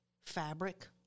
fabric